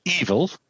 evil